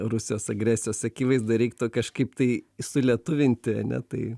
rusijos agresijos akivaizdoj reiktų kažkaip tai sulietuvinti ane tai